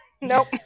nope